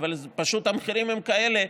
אבל פשוט המחירים הם כאלה,